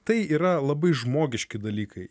tai yra labai žmogiški dalykai